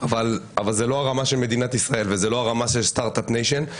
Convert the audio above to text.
אבל זה לא הרמה של מדינת ישראל וזה לא הרמה של סטארט-אפ ניישן.